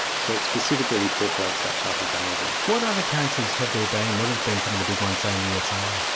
so it specifically incorporates that type of behaviour. what other cases have there been? what have been some of the big ones, say in the usa?